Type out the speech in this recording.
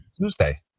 Tuesday